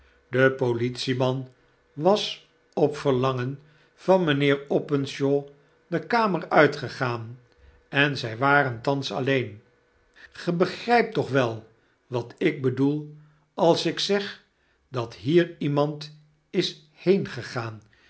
de politie-man was op verlangen van mijnheer openshaw de kamer uitgegaan en zij waren thans alleen gij begrijpt toch wel wat ik bedoel als ik zeg dat hier iemand is